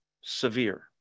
severe